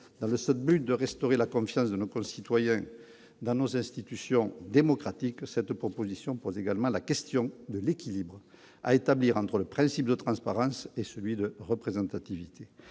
dans le seul but de restaurer la confiance de nos concitoyens dans nos institutions démocratiques, cette proposition de loi pose également la question de l'équilibre à établir entre le principe de transparence et celui de représentativité.